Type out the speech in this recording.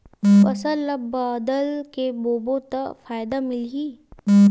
फसल ल बदल के बोबो त फ़ायदा मिलही?